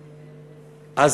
לגיהינום.